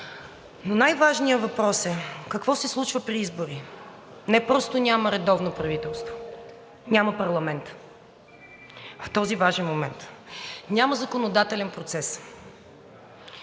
Но най-важният въпрос е: какво се случва при избори? Не просто няма редовно правителство, няма парламент в този важен момент, няма законодателен процес.